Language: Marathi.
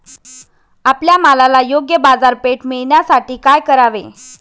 आपल्या मालाला योग्य बाजारपेठ मिळण्यासाठी काय करावे?